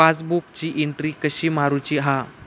पासबुकाची एन्ट्री कशी मारुची हा?